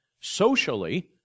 socially